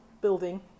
building